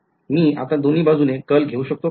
मी आता दोन्ही बाजूने कर्ल घेऊ शकतो का